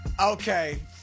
Okay